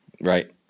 Right